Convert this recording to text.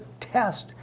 test